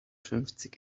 fünfzig